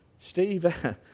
Steve